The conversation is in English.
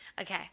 Okay